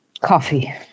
Coffee